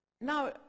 Now